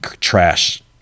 Trash